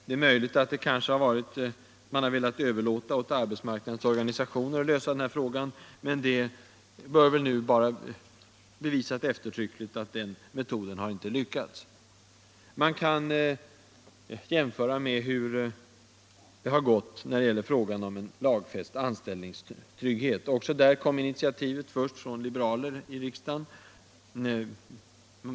Det är möjligt att man har velat överlåta åt arbetsmarknadens organisationer att lösa frågan om könsdiskriminering, men det bör nu vara eftertryckligt bevisat att det inte har lyckats. Vi kan jämföra med hur det gick med frågan om lagfäst anställningstrygghet. Också i det fallet togs initiativet först av liberaler i riksdagen.